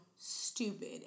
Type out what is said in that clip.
stupid